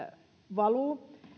valuu